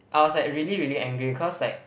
I was like really really angry cause like